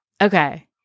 Okay